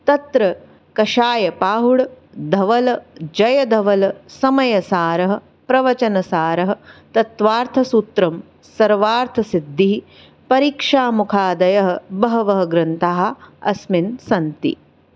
तत्र कषाय पाहुड धवल जयधवल समयसारः प्रवचनसारः तत्त्वार्थसूत्रं सर्वार्थसिद्धिः परीक्षामुखादयः बहवः ग्रन्थाः अस्मिन् सन्ति